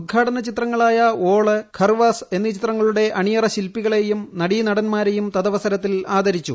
ഉദ്ഘാടന ചിത്രങ്ങളായ ഓള് ഖർവാസ് എന്നീ ചിത്രങ്ങളുടെ അണിയറ ശില്പികളേയും നടിനടന്മാരെയും തദവസരത്തിൽ ആദരിച്ചു